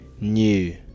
new